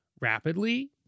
rapidly